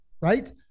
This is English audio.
right